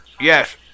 Yes